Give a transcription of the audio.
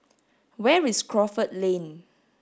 where is Crawford Lane